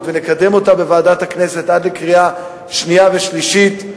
ונקדם אותה בוועדת הכנסת עד לקריאה שנייה ושלישית,